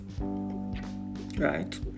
Right